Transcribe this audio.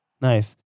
Nice